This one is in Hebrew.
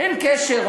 אין קשר,